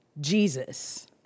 Jesus